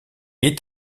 est